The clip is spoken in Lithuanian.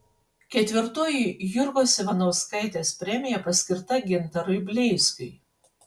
ketvirtoji jurgos ivanauskaitės premija paskirta gintarui bleizgiui